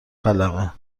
قلمه